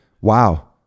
Wow